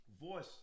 voice